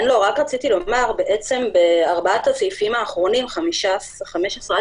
רק רציתי לומר, בארבעת הסעיפים האחרונים, 18-15,